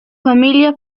familia